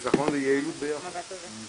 נכון, חיסכון ויעילות ביחד.